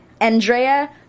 Andrea